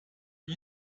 you